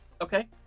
Okay